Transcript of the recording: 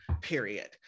period